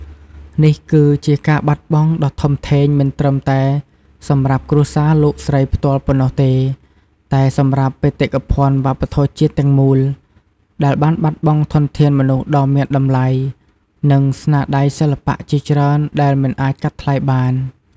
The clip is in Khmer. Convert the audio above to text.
នេះគឺជាការបាត់បង់ដ៏ធំធេងមិនត្រឹមតែសម្រាប់គ្រួសារលោកស្រីផ្ទាល់ប៉ុណ្ណោះទេ តែសម្រាប់ បេតិកភណ្ឌវប្បធម៌ជាតិ ទាំងមូល ដែលបានបាត់បង់ធនធានមនុស្សដ៏មានតម្លៃ និងស្នាដៃសិល្បៈជាច្រើនដែលមិនអាចកាត់ថ្លៃបាន។